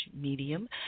medium